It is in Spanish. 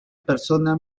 persona